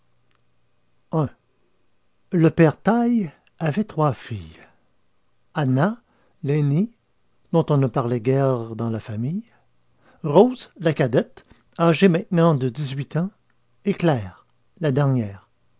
le père taille avait trois filles anna l'aînée dont on ne parlait guère dans la famille rose la cadette âgée maintenant de dix-huit ans et claire la dernière